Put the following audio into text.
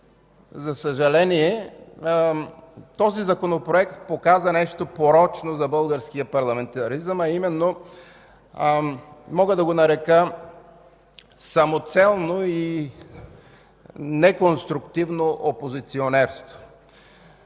за съжаление, този Законопроект показа нещо порочно за българския парламентаризъм, а именно, мога да го нарека, самоцелно и неконструктивно опозиционерство.